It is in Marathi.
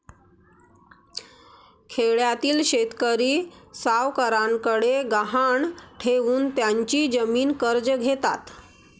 खेड्यातील शेतकरी सावकारांकडे गहाण ठेवून त्यांची जमीन कर्ज घेतात